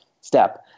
step